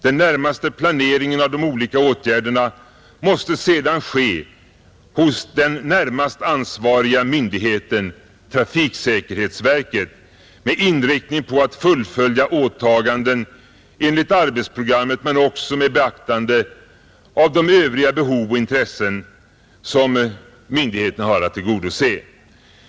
Den närmare planeringen av de olika åtgärderna måste sedan ske hos den närmast ansvariga myndigheten, trafiksäkerhetsverket, med inriktning på att fullfölja åtaganden enligt arbetsprogrammet men också med beaktande av de övriga behov och intressen som myndigheterna har att tillgodose.